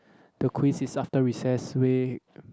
the quiz is after recess week